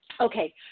Okay